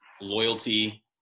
loyalty